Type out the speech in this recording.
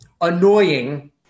annoying